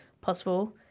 possible